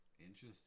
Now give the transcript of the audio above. Interesting